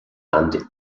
and